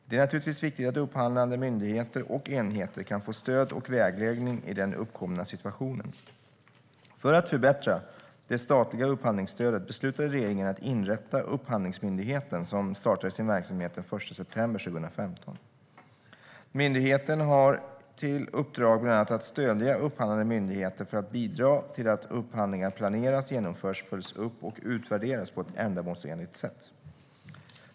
Det är naturligtvis viktigt att upphandlande myndigheter och enheter kan få stöd och vägledning i den uppkomna situationen. För att förbättra det statliga upphandlingsstödet beslutade regeringen att inrätta Upphandlingsmyndigheten, som startade sin verksamhet den 1 september 2015. Myndigheten har i uppdrag bland annat att stödja upphandlande myndigheter för att bidra till att upphandlingar planeras, genomförs, följs upp och utvärderas på ett ändamålsenligt sätt.